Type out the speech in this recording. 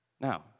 Now